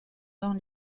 dans